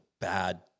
bad